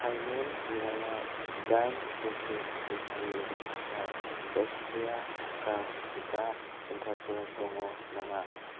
काइमुर जिल्लायाव जिदाइन बोसोर बैसोनि थाखाय जायखिजाया टिका थुग्रा सेन्टारफोर दङ नामा